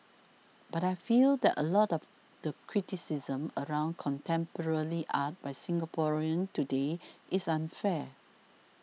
but I feel that a lot of the criticism around contemporary art by Singaporeans today is unfair